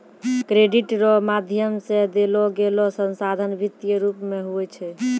credit रो माध्यम से देलोगेलो संसाधन वित्तीय रूप मे हुवै छै